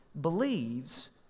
believes